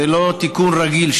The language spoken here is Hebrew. זה לא תיקון רגיל,